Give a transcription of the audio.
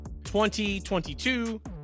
2022